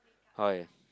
okay